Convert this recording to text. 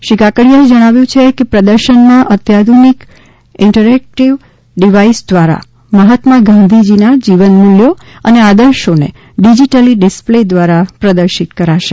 શ્રી કાકડીયાએ જણાવ્યું છે કે પ્રદર્શનમાં અત્યાધુનિક ઇન્ટટ્રેક્ટિવ ડીવાઇસ દ્વારા મહાત્મા ગાંધીના જીવન મૂલ્યો અને આદર્શોને ડી જીટલી ડિસ્પ્લે દ્વારા પ્રદર્શિત કરાશે